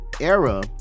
era